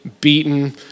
beaten